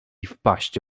wpaść